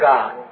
God